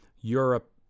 Europe